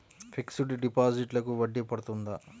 Fixed డిపాజిట్లకు వడ్డీ పడుతుందా?